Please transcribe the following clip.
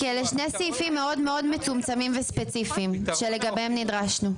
כי אלה שני סעיפים מאוד מאוד מצומצמים וספציפיים שלגביהם נדרשנו.